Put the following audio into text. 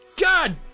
God